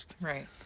Right